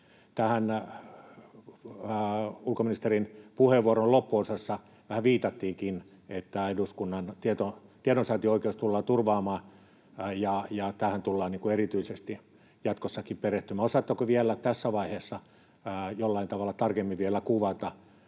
ulkoministerin puheenvuoron loppuosassa vähän viitattiinkin, siihen, että eduskunnan tiedonsaantioikeus tullaan turvaamaan ja tähän tullaan erityisesti jatkossakin perehtymään. Osaatteko vielä tässä vaiheessa jollain tavalla tarkemmin kuvata,